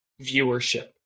viewership